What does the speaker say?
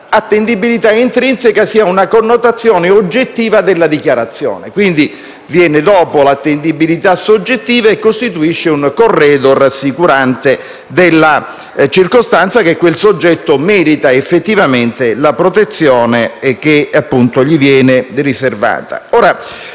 connotazione intrinseca oggettiva della dichiarazione. Quindi essa viene dopo l'attendibilità soggettiva e costituisce un corredo rassicurante della circostanza che quel soggetto merita effettivamente la protezione che gli viene riservata.